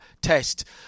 test